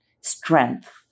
strength